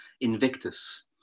Invictus